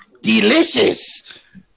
delicious